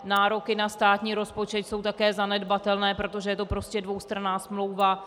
Nároky na státní rozpočet jsou také zanedbatelné, protože to je dvoustranná smlouva.